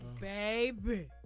Baby